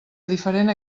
diferent